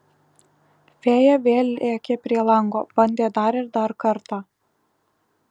fėja vėl lėkė prie lango bandė dar ir dar kartą